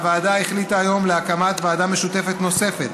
הוועדה החליטה היום על הקמת ועדה משותפת נוספת,